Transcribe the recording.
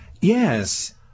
Yes